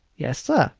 yes, sir,